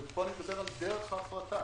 פה אני חוזר על דרך ההפרטה.